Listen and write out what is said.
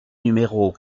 numéro